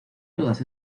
todas